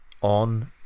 on